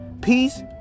peace